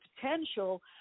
potential